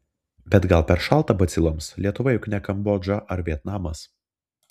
bet gal per šalta baciloms lietuva juk ne kambodža ar vietnamas